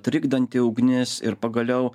trikdanti ugnis ir pagaliau